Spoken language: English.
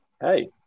Hey